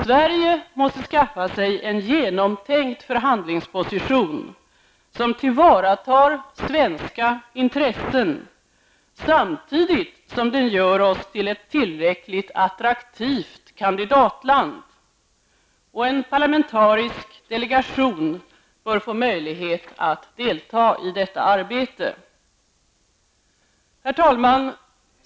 Sverige måste skaffa sig en genomtänkt förhandlingsposition som tillvaratar svenska intressen samtidigt som den gör oss till ett tillräckligt attraktivt kandidatland. En parlamentarisk delegation bör få möjlighet att delta i detta arbete. Herr talman!